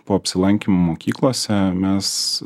po apsilankymų mokyklose mes